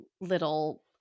little